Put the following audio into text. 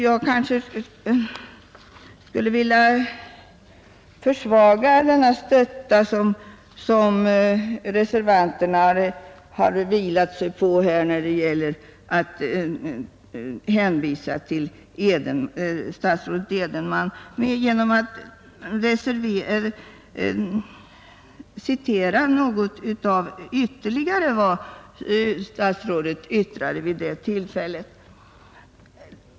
Jag skulle vilja försvaga denna stötta som reservanterna har tillgripit, när de hänvisat till statsrådet Edenman, genom att jag citerar något mer av vad statsrådet yttrade vid det tillfället.